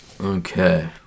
Okay